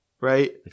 right